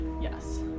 Yes